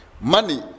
money